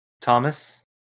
Thomas